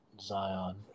Zion